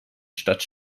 statt